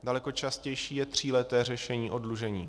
Daleko častější je tříleté řešení oddlužení.